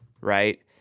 right